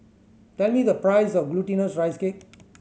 tell me the price of Glutinous Rice Cake